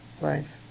life